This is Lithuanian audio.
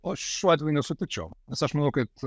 o šiuo atveju nesutikčiau nes aš manau kad